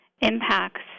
impacts